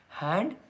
hand